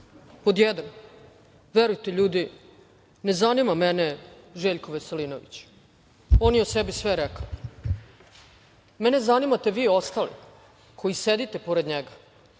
Pod jedan – verujte, ljudi, ne zanima mene Željko Veselinović. On je o sebi sve rekao. Mene zanimate vi ostali koji sedite pored njega.